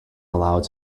allowed